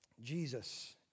Jesus